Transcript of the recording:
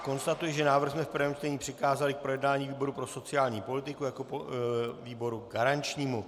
Konstatuji, že návrh jsme v prvém čtení přikázali k projednání výboru pro sociální politiku jako výboru garančnímu.